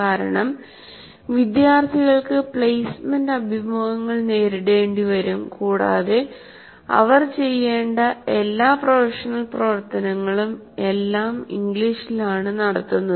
കാരണം വിദ്യാർത്ഥികൾക്ക് പ്ലേസ്മെന്റ് അഭിമുഖങ്ങൾ നേരിടേണ്ടിവരും കൂടാതെ അവർ ചെയ്യേണ്ട എല്ലാ പ്രൊഫഷണൽ പ്രവർത്തനങ്ങളും എല്ലാം ഇംഗ്ലീഷിലാണ് നടത്തുന്നത്